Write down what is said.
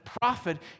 prophet